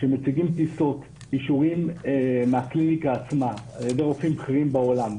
שמציגים בלי סוף אישורים מהקליניקה עצמה ומרופאים בכירים בעולם,